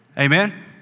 Amen